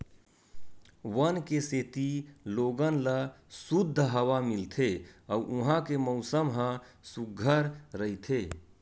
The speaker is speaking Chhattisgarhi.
वन के सेती लोगन ल सुद्ध हवा मिलथे अउ उहां के मउसम ह सुग्घर रहिथे